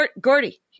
Gordy